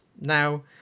now